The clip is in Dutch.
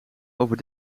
over